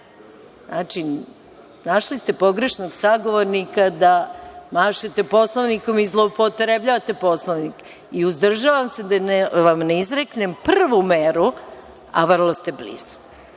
Znači, našli ste pogrešnog sagovornika da mašete Poslovnikom i zloupotrebljavate Poslovnik. I uzdržavam se da vam ne izreknem prvu meru, a vrlo ste blizu.